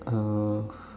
uh